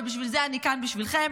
ובשביל זה אני כאן בשבילכם.